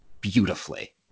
beautifully